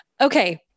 Okay